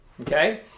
Okay